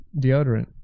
deodorant